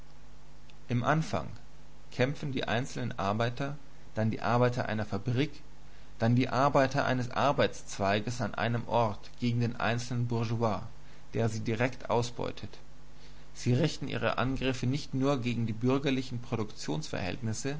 im anfang kämpfen die einzelnen arbeiter dann die arbeiter einer fabrik dann die arbeiter eines arbeitszweiges an einem ort gegen den einzelnen bourgeois der sie direkt ausbeutet sie richten ihre angriffe nicht nur gegen die bürgerlichen